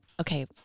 okay